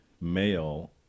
male